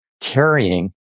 carrying